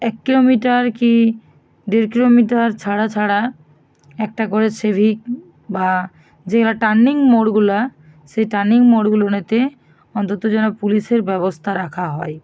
এক কিলোমিটার কি ডেড় কিলোমিটার ছাড়া ছাড়া একটা করে সেভিক বা যে টার্নিং মোড়গুলা সেই টার্নিং মোড়গুলোনেতে অন্তত যেন পুলিশের ব্যবস্থা রাখা হয়